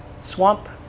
swamp